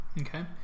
Okay